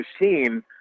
machine